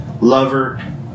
lover